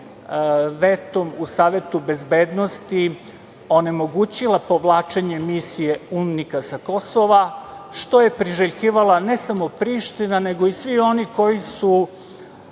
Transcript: vetom u Savetu bezbednosti onemogućila povlačenje misije UNMIK-a sa Kosova, što je priželjkivala ne samo Priština, nego i svi oni koji su